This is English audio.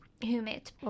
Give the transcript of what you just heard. humid